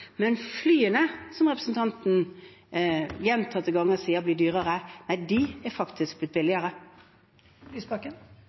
Men flyene, som representanten gjentatte ganger sier blir dyrere, er faktisk blitt